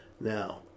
now